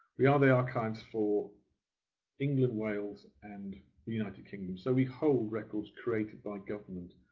we all the archives for england, wales, and the united kingdom. so we hold records created by government.